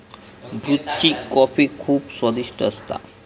ब्रुची कॉफी खुप स्वादिष्ट असता